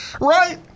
Right